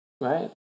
Right